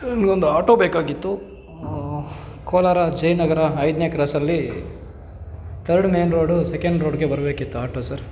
ನಂಗೊಂದು ಆಟೋ ಬೇಕಾಗಿತ್ತು ಕೋಲಾರ ಜೈ ನಗರ ಐದನೇ ಕ್ರಾಸಲ್ಲಿ ತರ್ಡ್ ಮೇಯ್ನ್ ರೋಡು ಸೆಕೆಂಡ್ ರೋಡ್ಗೆ ಬರಬೇಕಿತ್ತು ಆಟೋ ಸರ್